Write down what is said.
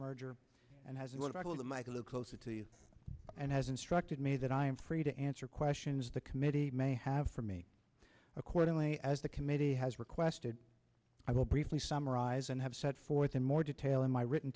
merger and has what i call the mike a little closer to you and has instructed me that i am free to answer questions the committee may have for me accordingly as the committee has requested i will briefly summarize and have set forth in more detail in my written